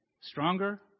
stronger